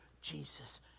Jesus